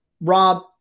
Rob